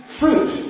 fruit